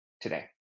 today